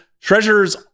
Treasures